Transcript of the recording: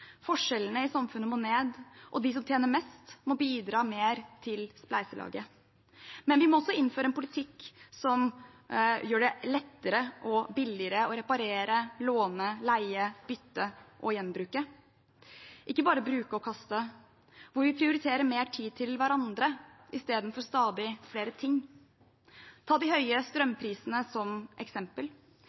Forskjellene i samfunnet må ned, og de som tjener mest, må bidra mer til spleiselaget. Men vi må også innføre en politikk som gjør det lettere og billigere å reparere, låne, leie, bytte og gjenbruke – ikke bare bruke og kaste – og hvor vi prioriterer mer tid til hverandre i stedet for stadig flere ting. Ta de høye